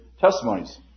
testimonies